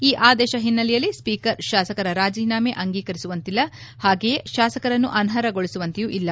ಈ ಆದೇಶ ಹಿನ್ನೆಲೆಯಲ್ಲಿ ಸ್ವೀಕರ್ ಶಾಸಕರ ರಾಜೀನಾಮೆ ಅಂಗೀಕರಿಸುವಂತಿಲ್ಲ ಹಾಗೆಯೇ ಶಾಸಕರನ್ನು ಅನರ್ಹಗೊಳಿಸುವಂತೆಯೂ ಇಲ್ಲ